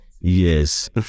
yes